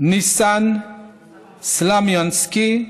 ניסן סלומינסקי,